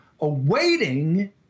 awaiting